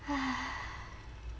!huh!